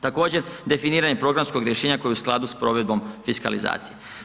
Također, definiranje programskog rješenja koje je u skladu s provedbom fiskalizacije.